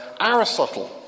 Aristotle